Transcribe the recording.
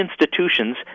institutions